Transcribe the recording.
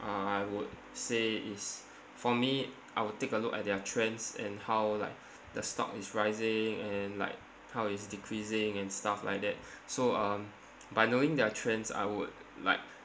uh I would say is for me I will take a look at their trends and how like the stock is rising and like how it's decreasing and stuff like that so um by knowing their trends I would like